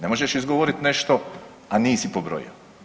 Ne možeš izgovorit nešto, a nisi pobrojio.